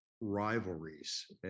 rivalries